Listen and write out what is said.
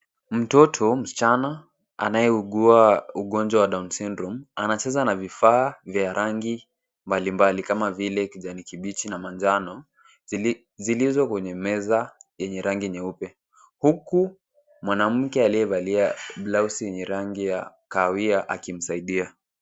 Mtoto msichana anayeugua ugonjwa wa Down's syndrome, anacheza na vifaa vya rangi mbalimbali kama vile kijani kibichi na manjano zilizo kwenye meza yenye rangi nyeupe. Huku mwanamke aliyevalia blausi yenye rangi ya kahawia akimsaidia.